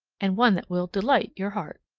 and one that will delight your heart.